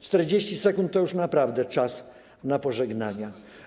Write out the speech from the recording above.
40 sekund to już naprawdę czas na pożegnania.